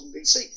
BC